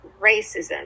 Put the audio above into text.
racism